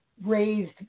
raised